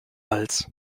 hals